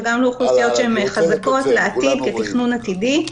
וגם לאוכלוסיות שהן חזקות כתכנון עתידי.